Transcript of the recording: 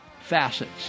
facets